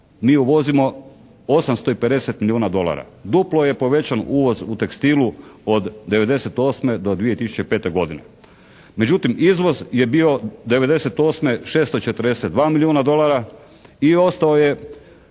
mi uvozimo 850 milijuna dolara. Duplo je povećan uvoz u tekstilu od '98. do 2005. godine. Međutim, izvoz je bio '98. 642 milijuna dolara i ostao je